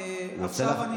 עכשיו אני,